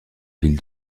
ville